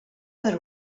per